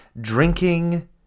drinking